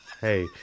hey